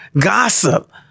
gossip